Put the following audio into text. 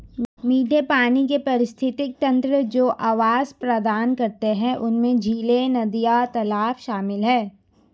मीठे पानी के पारिस्थितिक तंत्र जो आवास प्रदान करते हैं उनमें झीलें, नदियाँ, तालाब शामिल हैं